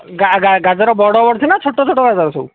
ଗା ଗା ଗାଜର ବଡ଼ ଅଛି ନା ଛୋଟଛୋଟ ଗାଜର ସବୁ